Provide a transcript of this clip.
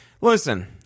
Listen